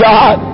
God